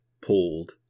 pulled